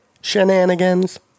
shenanigans